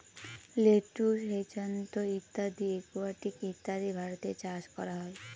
lettuce, hyacinth ইত্যাদি aquatic উদ্ভিদ ভারতে চাষ করা হয়